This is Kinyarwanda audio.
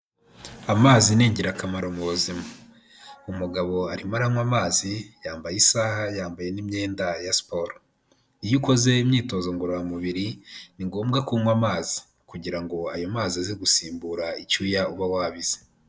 Amazi ni ingirakamaro mu buzima. Umugabo arimo aranywa amazi, yambaye isaha, yambaye n'imyenda ya siporo. Iyo ukoze imyitozo ngororamubiri, ni ngombwa kunywa amazi. Kugira ngo ayo mazi aze gusimbura icyuya uba wabize.